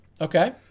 Okay